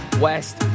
West